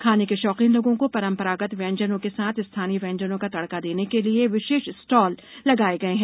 खाने के शौकीन लोगों को परंपरागत व्यंजनों के साथ स्थानीय व्यंजनों का तड़का देने के लिए विशेष स्टॉल लगाए गए हैं